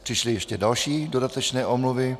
Přišly ještě další dodatečné omluvy.